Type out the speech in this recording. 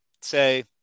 say